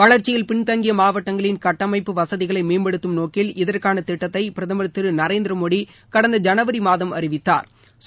வளர்ச்சியில் பின்தங்கிய மாவட்டங்களின் கட்டைமைப்பு வசதிகளை மேம்படுத்தும் நோக்கில் இதற்கான திட்டத்தை பிரதமா் திரு நரேந்திரமோடி கடந்த ஜனவரி மாதம் அறிவித்தாா்